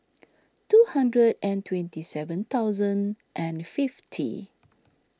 two hundred and twenty seven thousand and fifty